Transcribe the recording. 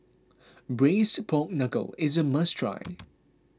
Braised Pork Knuckle is a must try